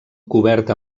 cobert